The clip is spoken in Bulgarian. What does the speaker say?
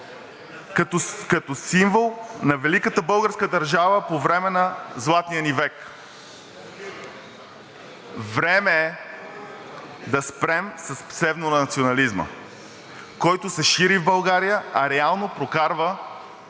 като символ на великата българска държава по време на Златния ни век? Време е да спрем с псевдонационализма, който се шири в България, а реално прокарва